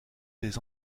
des